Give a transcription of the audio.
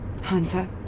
Hansa